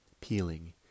peeling